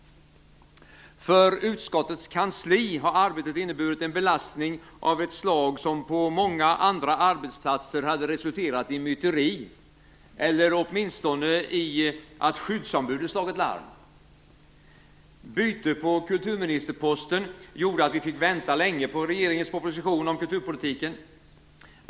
För utskottets kansli har arbetet inneburit en belastning av ett slag som på många andra arbetsplatser skulle ha resulterat i myteri eller åtminstone i att skyddsombudet hade slagit larm. Bytet på kulturministerposten gjorde att vi fick vänta länge på regeringens proposition om kulturpolitiken.